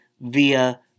via